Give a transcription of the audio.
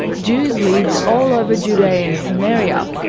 jews lived all over judea and samaria,